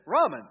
ramen